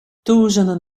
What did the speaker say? tûzenen